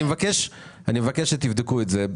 אני מבקש שתבדקו את זה,